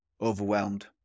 overwhelmed